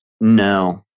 no